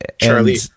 Charlie